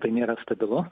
tai nėra stabilu